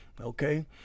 Okay